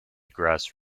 grass